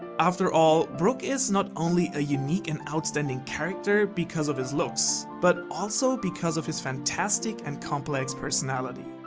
after all brook is not only a unique and outstanding character because of his looks, but also because of his fantastic and complex personality.